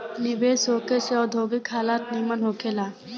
निवेश होखे से औद्योगिक हालत निमन होखे ला